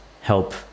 help